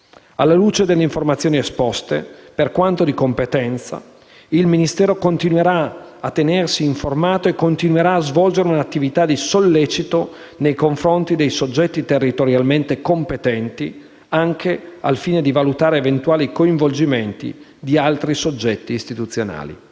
Alla luce delle informazioni esposte, per quanto di competenza, il Ministero continuerà a tenersi informato e continuerà a svolgere un'attività di sollecito nei confronti dei soggetti territorialmente competenti, anche al fine di valutare eventuali coinvolgimenti di altri soggetti istituzionali.